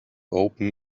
open